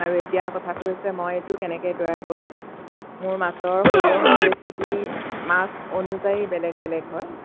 আৰু এতিয়াৰ কথাটো হৈছে মই এইটো কেনেকে তৈয়াৰ কৰোঁ মোৰ মাছৰ সৰিয়হৰ ৰেচিপি মাছ অনুযায়ী বেলেগ বেলেগ হয়